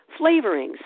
Flavorings